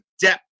depth